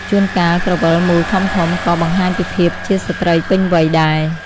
ជួនកាលក្រវិលមូលធំៗ ក៏បង្ហាញពីភាពជាស្ត្រីពេញវ័យដែរ។